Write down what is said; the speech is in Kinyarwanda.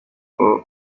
uko